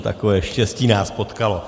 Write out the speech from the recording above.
Takové štěstí nás potkalo.